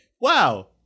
wow